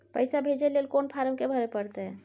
पैसा भेजय लेल कोन फारम के भरय परतै?